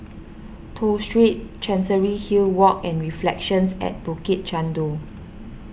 Toh Street Chancery Hill Walk and Reflections at Bukit Chandu